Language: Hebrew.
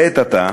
לעת עתה,